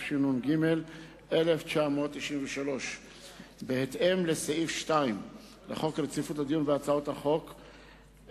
התשנ"ג 1993. בהתאם לסעיף 2 לחוק רציפות הדיון בהצעות החוק,